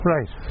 Right